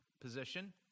position